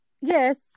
Yes